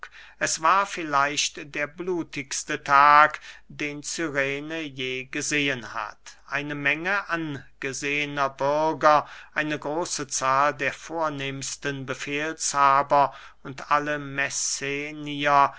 es war vielleicht der blutigste tag den cyrene je gesehen hatte eine menge angesehener bürger eine große anzahl der vornehmsten befehlshaber und alle messenier